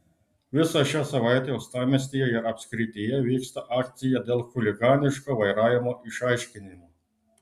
visą šią savaitę uostamiestyje ir apskrityje vyksta akcija dėl chuliganiško vairavimo išaiškinimo